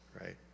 right